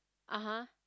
(uh huh)